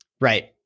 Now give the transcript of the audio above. Right